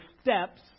steps